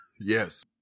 yes